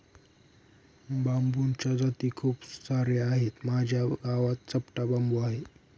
बांबूच्या जाती खूप सार्या आहेत, माझ्या गावात चपटा बांबू आहे